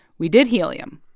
we did helium.